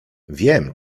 wiem